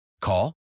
Call